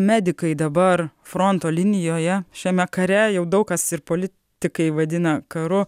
medikai dabar fronto linijoje šiame kare jau daug kas ir politikai vadina karu